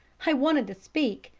i wanted to speak,